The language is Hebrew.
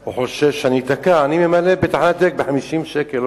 או חושש שאתקע, אני ממלא בתחנת דלק ב-50 שקל.